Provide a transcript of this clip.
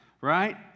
right